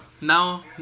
Now